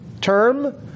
term